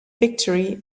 victory